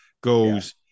goes